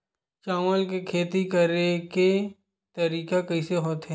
चावल के खेती करेके तरीका कइसे होथे?